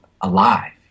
alive